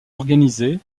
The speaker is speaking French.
organisée